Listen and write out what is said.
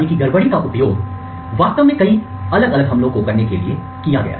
इस भेद्यता का उपयोग वास्तव में कई अलग अलग हमलों को करने के लिए किया गया है